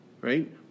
Right